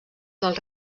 del